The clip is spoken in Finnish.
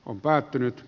on päättynyt